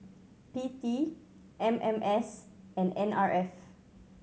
P T M M S and N R F